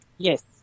Yes